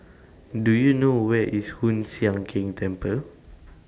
Do YOU know Where IS Hoon Sian Keng Temple